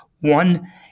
One